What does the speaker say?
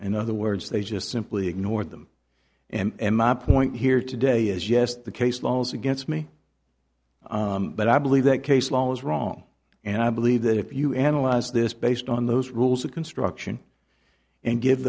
in other words they just simply ignored them and my point here today is yes the case law is against me but i believe that case law was wrong and i believe that if you analyze this based on those rules of construction and give